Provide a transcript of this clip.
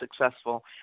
successful